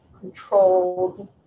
controlled